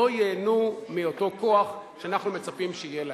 לא ייהנו מאותו כוח שאנחנו מצפים שיהיה להם.